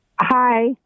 Hi